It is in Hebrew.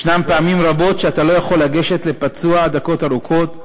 ישנן פעמים רבות שאתה לא יכול לגשת לפצוע דקות ארוכות,